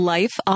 Life